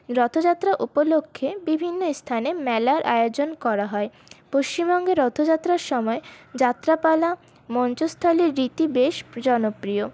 রথযাত্রা উপলক্ষে বিভিন্ন স্থানে মেলার আয়োজন করা হয় পশ্চিমবঙ্গে রথযাত্রার সময়ে যাত্রাপালা মঞ্চস্থলের রীতি বেশ জনপ্রিয়